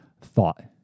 thought